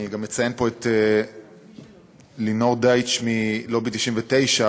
אני גם מציין פה את לינור דויטש מלובי 99,